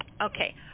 Okay